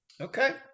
okay